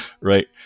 right